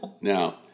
Now